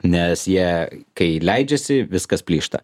nes jie kai leidžiasi viskas plyšta